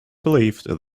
believed